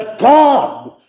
God